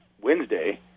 Wednesday